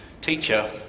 Teacher